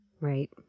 Right